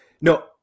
no